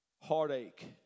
heartache